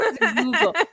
Google